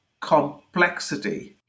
complexity